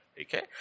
okay